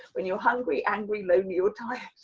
when you're hungry, angry lonely or tired.